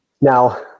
Now